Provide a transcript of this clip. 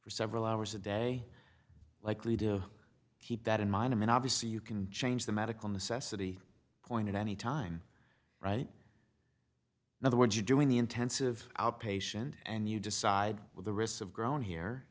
for several hours a day likely do keep that in mind and obvious you can change the medical necessity point at any time right in other words you're doing the intensive outpatient and you decide well the risks of grown here